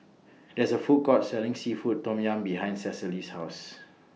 There IS A Food Court Selling Seafood Tom Yum behind Cecily's House